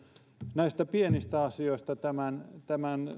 näistä pienistä asioista